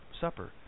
Supper